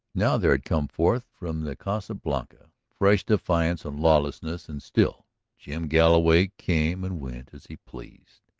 now there had come forth from the casa blanca fresh defiance and lawlessness and still jim galloway came and went as he pleased.